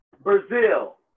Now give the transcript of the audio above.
Brazil